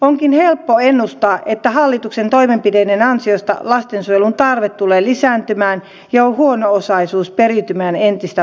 onkin helppo ennustaa että hallituksen toimenpiteiden ansioista lastensuojelun tarve tulee lisääntymään ja huono osaisuus periytymään entistä voimakkaammin